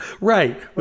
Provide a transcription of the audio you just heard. Right